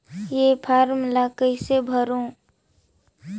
ये फारम ला कइसे भरो?